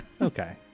Okay